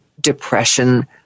depression